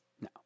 No